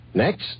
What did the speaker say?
Next